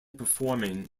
performing